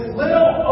little